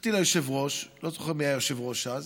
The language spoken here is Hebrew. באתי ליושב-ראש, לא זוכר מי היה היושב-ראש אז,